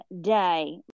day